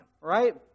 right